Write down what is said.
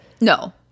No